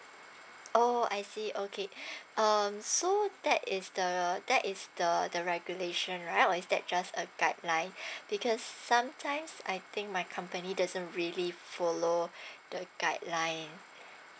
orh I see okay um so that is the that is the the regulation right or is that just a guideline because sometimes I think my company doesn't really follow the guideline